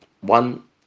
one